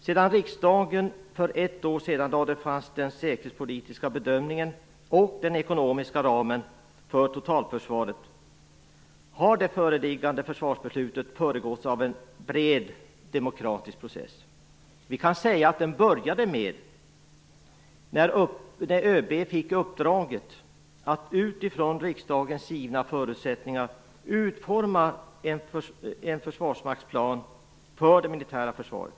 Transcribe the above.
Sedan riksdagen för ett år sedan lade fast den säkerhetspolitiska bedömningen och den ekonomiska ramen för totalförsvaret har det föreliggande försvarsbeslutet föregåtts av en bred demokratisk process. Den började med att ÖB fick uppdraget att utifrån riksdagens givna förutsättningar utforma en försvarsmaktsplan för det militära försvaret.